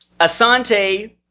Asante